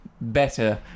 better